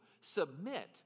submit